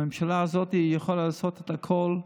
הממשלה הזאת יכולה לעשות את הכול,